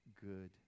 good